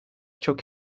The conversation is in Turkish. çok